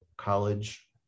college